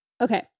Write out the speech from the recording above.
Okay